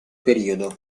periodo